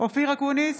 אופיר אקוניס,